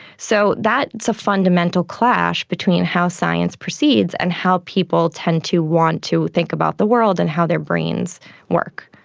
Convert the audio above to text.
so that's a fundamental clash between how science proceeds and how people tend to want to think about the world and how their brains work.